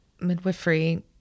midwifery